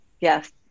Yes